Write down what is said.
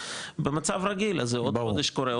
במצב רגיל אז זה עוד חודש קורה,